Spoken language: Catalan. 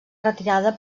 retirada